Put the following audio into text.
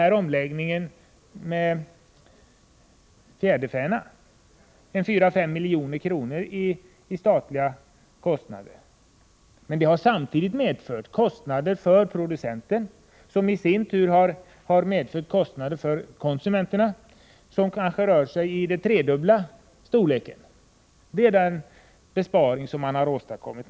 På omläggningen beträffande fjäderfäna har man sparat 4-5 milj.kr. i statliga kostnader, men det har samtidigt medfört kostnader för producenten som i sin tur har medfört kostnader för konsumenterna i kanske tredubbla storleksordningen. Sådan är den besparing man har åstadkommit.